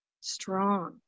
strong